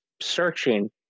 searching